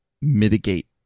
mitigate